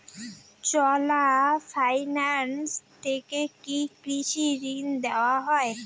চোলা Finance থেকে কি কৃষি ঋণ দেওয়া হয়?